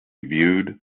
viewed